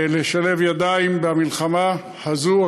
לשלב ידיים במלחמה הזו,